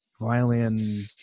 violin